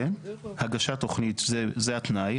זה התנאי,